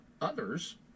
others